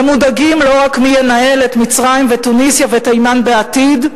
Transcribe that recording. הם מודאגים לא רק מי ינהל את מצרים ותוניסיה ותימן בעתיד,